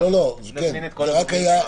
ואז נזמין את כל הנוגעים לנושא.